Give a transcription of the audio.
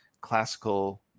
classical